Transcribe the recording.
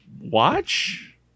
watch